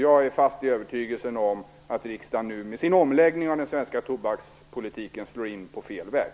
Jag är fast i övertygelsen om att riksdagen nu med sin omläggning av den svenska tobakspolitiken slår in på fel väg.